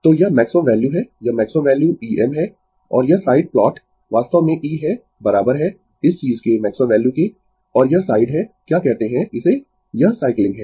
तो यह maximum value है यह मैक्सिमम वैल्यू Em है और यह साइड प्लॉट वास्तव में E है बराबर है इस चीज के मैक्सिमम वैल्यू के और यह साइड है क्या कहते है इसे यह साइकलिंग है